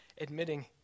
admitting